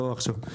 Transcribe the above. לא עכשיו.